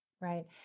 right